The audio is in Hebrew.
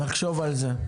אוקיי, נחשוב על זה,